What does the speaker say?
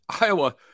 Iowa